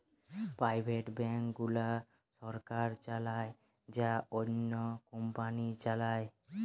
private bank গুলা সরকার চালায় না, অন্য কোম্পানি চালায়